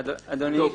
אדוני,